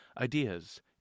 ideas